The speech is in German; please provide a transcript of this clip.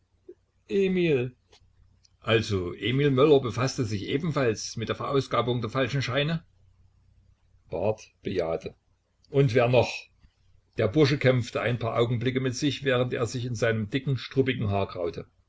emil also emil möller befaßte sich ebenfalls mit der verausgabung der falschen scheine barth bejahte und wer noch der bursche kämpfte ein paar augenblicke mit sich während er sich in seinem dicken struppigen haar